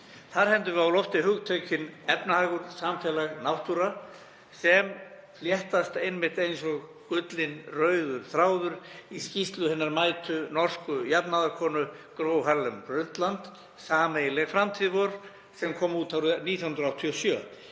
Þar hendum við á lofti hugtökin efnahagur, samfélag, náttúra sem fléttast einmitt eins og gullinn, rauður þráður inn í skýrslu hinnar mætu, norsku jafnaðarkonu Gro Harlem Brundtland, Sameiginleg framtíð vor, sem kom út árið 1987.